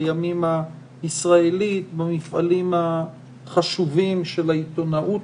לימים הישראלית במפעלים החשובים של העיתונאות